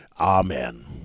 Amen